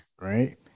Right